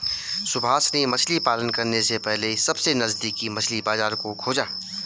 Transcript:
सुभाष ने मछली पालन करने से पहले सबसे नजदीकी मछली बाजार को खोजा